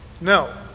No